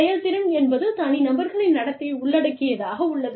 செயல்திறன் என்பது தனிநபர்களின் நடத்தையை உள்ளடக்கியதாக உள்ளது